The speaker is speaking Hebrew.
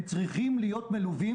הם צריכים להיות מלווים.